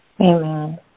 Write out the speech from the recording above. Amen